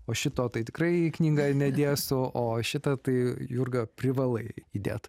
o šito tai tikrai į knygą nedėsiu o šitą tai jurga privalai įdėt